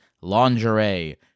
lingerie